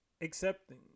Accepting